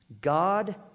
God